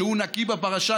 שהוא נקי בפרשה,